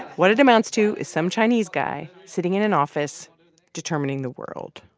what it amounts to is some chinese guy sitting in an office determining the world